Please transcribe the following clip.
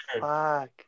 Fuck